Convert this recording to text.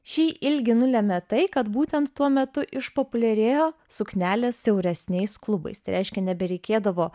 šį ilgi nulemia tai kad būtent tuo metu išpopuliarėjo suknelės siauresniais klubais tai reiškia nebereikėdavo